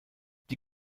die